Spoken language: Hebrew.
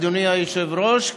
אדוני היושב-ראש,